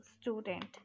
student